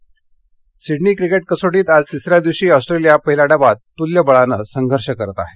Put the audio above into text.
cricket Sydney cricket कसोटीत आज तिसऱ्या दिवशी ऑस्ट्रेलिया पहिल्या डावात तुल्यबळानं संघर्ष करत आहे